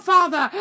Father